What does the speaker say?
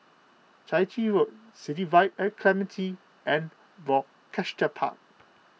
Chai Chee Road City Vibe at Clementi and Rochester Park